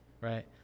right